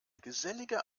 gesellige